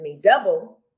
Double